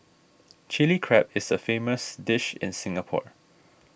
Chilli Crab is a famous dish in Singapore